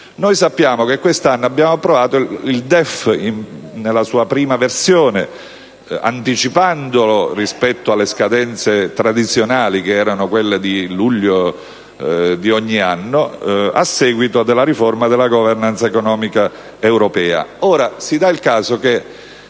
Noi sappiamo che quest'anno abbiamo approvato il DEF, nella sua prima versione, anticipandolo rispetto alle scadenze tradizionali, che erano quelle di luglio di ogni anno, a seguito della riforma della *governance* economica europea.